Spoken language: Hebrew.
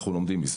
אנחנו לומדים מזה.